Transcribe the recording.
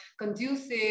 conducive